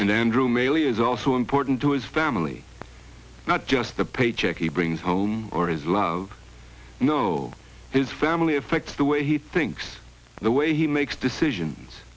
and andrew mayle is also important to his family not just the paycheck he brings home or his love know his family affects the way he thinks the way he makes decisions